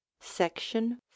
Section